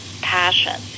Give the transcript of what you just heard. passion